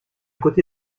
côté